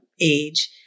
age